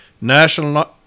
National